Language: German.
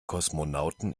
kosmonauten